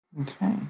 Okay